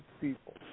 people